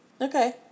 Okay